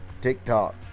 TikTok